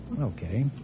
Okay